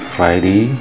Friday